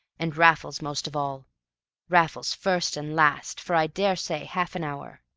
and raffles most of all raffles first and last for i daresay half an hour.